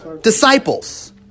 disciples